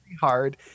hard